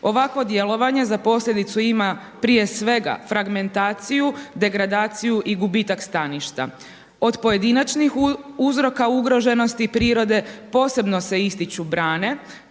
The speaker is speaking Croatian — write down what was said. Ovakvo djelovanje za posljedicu ima prije svega fragmentaciju, degradaciju i gubitak staništa. Od pojedinačnih uzroka ugroženosti prirode posebno se ističu brane